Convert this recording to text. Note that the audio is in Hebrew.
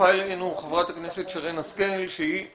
הצטרפה אלינו חברת הכנסת שרן השכל שהיא